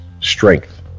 strength